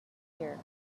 here